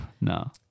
no